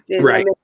Right